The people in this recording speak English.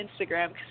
Instagram